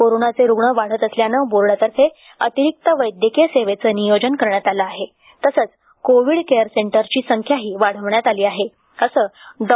कोरोनाचे रुग्ण वाढत असल्याने बोर्डातर्फे अतिरिक्त वैद्यकीय सेवेचे नियोजन केले आहे तसेच कोविड केअर सेंटरची संख्याही वाढविली आहे असं डॉ